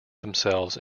themselves